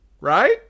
right